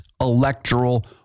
electoral